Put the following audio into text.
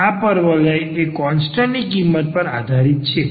આ પરવલય એ કોન્સ્ટન્ટ ની કિંમત પર આધારીત છે